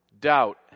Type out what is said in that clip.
doubt